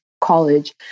college